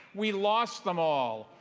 we lost them all.